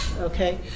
Okay